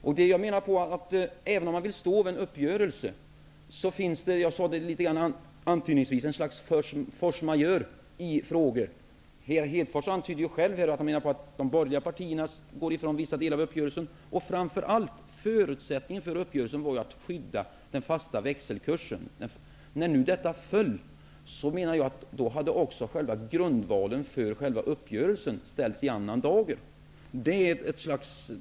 Även om man nu vill stå fast vid uppgörelsen finns det, som jag nämnde inledningsvis, något slags force majeure i vissa frågor. Lars Hedfors antydde det själv. Han menade att de borgerliga partierna går ifrån vissa delar av uppgörelsen. Men framför allt var förutsättningen för uppgörelsen en fast växelkurs. När nu denna föll ställdes också själva grundvalen för uppgörelsen i annan dager.